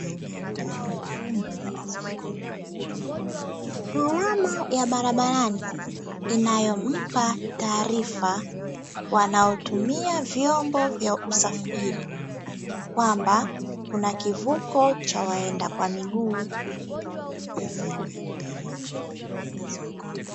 Alama ya barabarani inayompa taarifa wanaotumia vyombo vya usafiri kwamba kuna kivuko cha waenda kwa miguu.